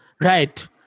Right